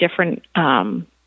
different